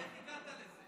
ניר, איך הגעת לזה?